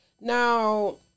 Now